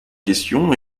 question